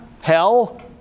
Hell